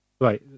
right